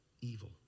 evil